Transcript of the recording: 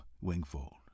wingfold